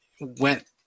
went